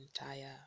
entire